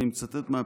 אני מצטט מהפסיקה,